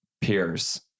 peers